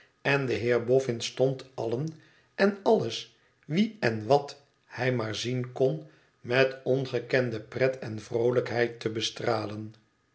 en de heer bomn stond allen en alles wie en wat hij maar zien kon met ongekende pret en vroolijkheid te bestralen